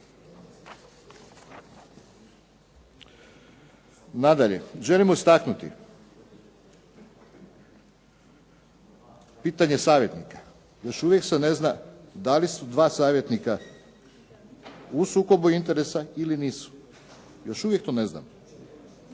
Nadalje, želimo istaknuti pitanje savjetnika. Još uvijek se ne zna da li su dva savjetnika u sukobu interesa ili nisu. Još uvijek to ne znamo.